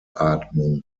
atmung